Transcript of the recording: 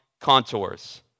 contours